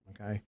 Okay